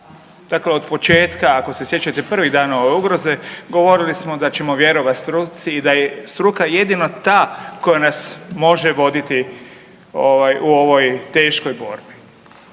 dakle otpočetka ako se sjećate prvih dana ove ugroze govorili smo da ćemo vjerovat struci i da je struka jedino ta koja nas može voditi ovaj u ovoj teškoj borbi.